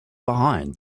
behind